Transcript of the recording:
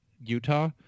Utah